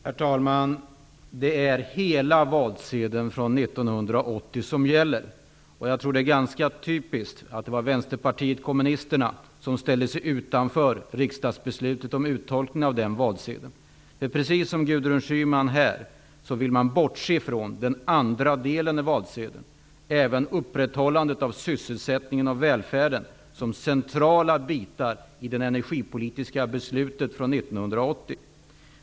Herr talman! Det är hela valsedeln från 1980 som gäller. Det är ganska typiskt att Vänsterpartiet kommunisterna ställde sig utanför riksdagsbeslutet om uttolkningen av den. Precis som Gudrun Schyman här i dag, vill man bortse från den andra delen av valsedeln. Men även upprätthållandet av sysselsättningen och välfärden är centrala delar i det energipolitiska beslutet från 1980.